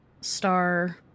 star